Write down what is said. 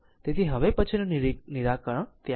તેથી હવે પછીનું નિરાકરણ ત્યાં છે